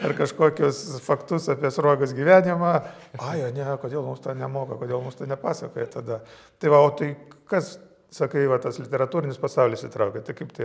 ar kažkokius faktus apie sruogos gyvenimą ai o ne o kodėl mums to nemoko kodėl mūs to nepasakoja tada tai va o tai kas sakai va tas literatūrinis pasaulis įtraukia tai kaip tai